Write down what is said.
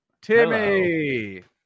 Timmy